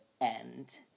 end